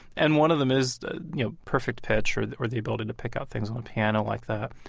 and one of them is the, you know, perfect pitch or the or the ability to pick up things on the piano, like that.